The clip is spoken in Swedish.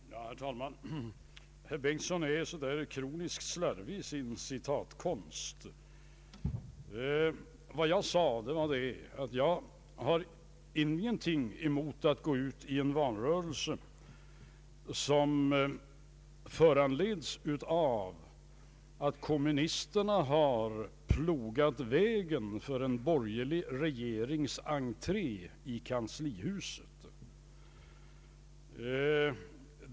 Herr talman! Herr Bengtson är så där kroniskt slarvig i sin citatkonst. Vad jag sade var att jag ingenting har emot att gå ut i en valrörelse som föranleds av att kommunisterna har plogat vägen för en borgerlig regerings entré i kanslihuset.